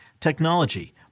technology